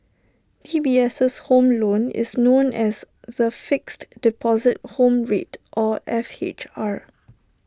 D B S home loan is known as the Fixed Deposit Home Rate or F H R